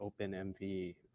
OpenMV